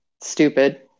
stupid